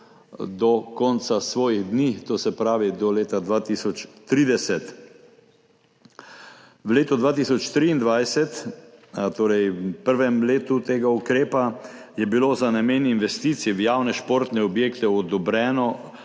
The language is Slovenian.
do konca svojih dni, to se pravi do leta 2030. V letu 2023, torej v prvem letu tega ukrepa, je bilo za namen investicij v javne športne objekte odobreno